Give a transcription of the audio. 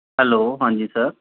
hello ਹਾਂਜੀ sir